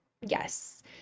Yes